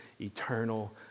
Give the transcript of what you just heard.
eternal